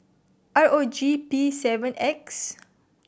R O G P seven X